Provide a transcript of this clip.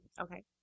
Okay